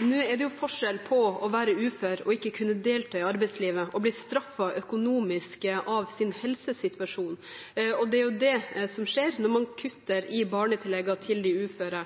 Nå er det jo forskjell på å være ufør og ikke kunne delta i arbeidslivet, og å bli straffet økonomisk for sin helsesituasjon. Det er jo det som skjer når man kutter i barnetilleggene til de uføre.